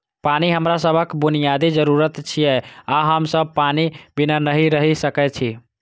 पानि हमरा सभक बुनियादी जरूरत छियै आ हम सब पानि बिना नहि रहि सकै छी